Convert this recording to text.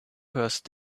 first